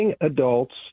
adults